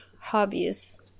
hobbies